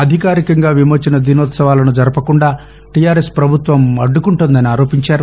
అధికారికంగా విమోచన దినోత్సవాలను జరుపకుండా టీఆర్ఎస్ పభుత్వం అడ్డుకుంటోందని ఆరోపించారు